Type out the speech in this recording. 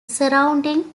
surrounding